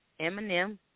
Eminem